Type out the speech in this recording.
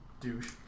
Douche